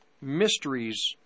mysteries